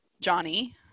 Johnny